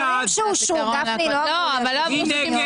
מי נמנע?